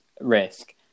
risk